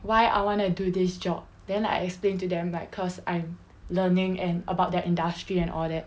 why I wanna do this job then like I explain to them like cause I'm learning and about their industry and all that